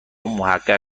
محقق